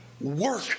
work